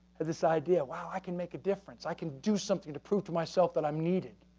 ah this idea, wow! i can make a difference. i can do something to prove to myself that i'm needed.